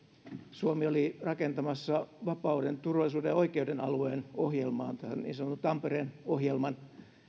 suomi oli rakentamassa vapauden turvallisuuden ja oikeuden alueen ohjelmaa niin sanottua tampereen ohjelmaa